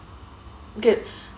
okay